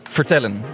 vertellen